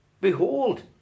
Behold